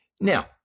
Now